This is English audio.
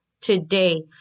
today